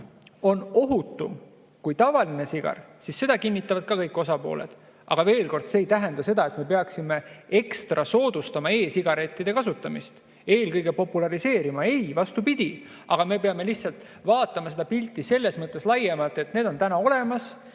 on ohutum kui tavaline sigar? Seda kinnitavad kõik osapooled. Aga veel kord: see ei tähenda seda, et me peaksime ekstra soodustama e-sigarettide kasutamist, eelkõige neid populariseerima. Ei, vastupidi, aga me peame vaatama pilti selles mõttes laiemalt, et need on täna olemas.